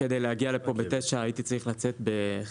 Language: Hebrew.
כדי להגיע לפה בתשע, הייתי צריך לצאת בחמש בבוקר.